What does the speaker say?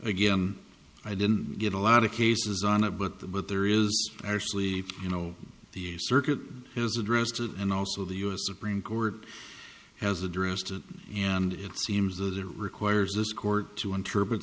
again i didn't get a lot of cases on it but but there is actually you know the circuit has addressed it and also the u s supreme court has addressed it and it seems that it requires this court to interpret